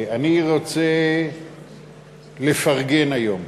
אני רוצה לפרגן היום.